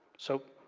so,